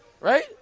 right